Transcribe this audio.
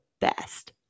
best